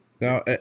Now